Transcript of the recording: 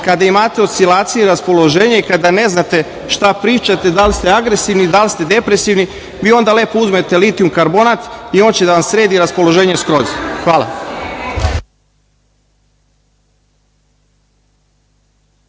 Kada imate oscilacije raspoloženja i kada ne znate šta pričate, da li ste agresivni, da li ste depresivni, vi onda lepo uzmete litijum-karbonat i on će da vam sredi raspoloženje skroz. Hvala